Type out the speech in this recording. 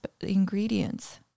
ingredients